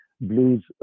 Blues